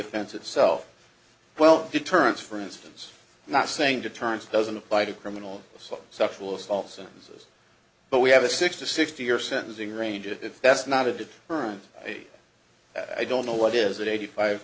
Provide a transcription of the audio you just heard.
offense itself well deterrence for instance not saying deterrence doesn't apply to criminal sexual assault sentences but we have a six to sixty year sentencing range if that's not a did current i don't know what is it eighty five